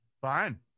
Fine